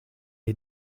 est